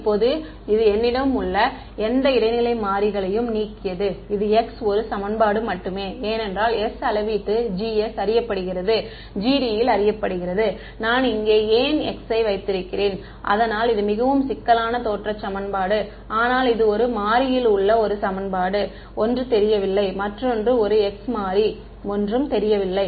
இப்போது இது என்னிடம் உள்ள எந்த இடைநிலை மாறிகளையும் நீக்கியது இது x ஒரு சமன்பாடு மட்டுமே ஏனென்றால் s அளவீட்டு Gs அறியப்படுகிறது GDஅறியப்படுகிறது நான் இங்கே என் x ஐ வைத்திருக்கிறேன் அதனால் இது மிகவும் சிக்கலான தோற்ற சமன்பாடு ஆனால் இது ஒரு மாறியில் உள்ள ஒரு சமன்பாடு ஒன்று தெரியவில்லை மற்றோன்று ஒரு x மாறி ஒன்றும் தெரியவில்லை